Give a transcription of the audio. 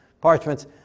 parchments